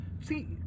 See